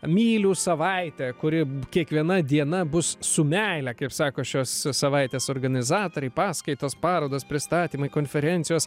mylių savaitė kuri kiekviena diena bus su meile kaip sako šios savaitės organizatoriai paskaitos parodos pristatymai konferencijos